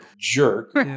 jerk